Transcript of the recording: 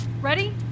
Ready